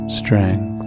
strength